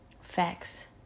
facts